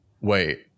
Wait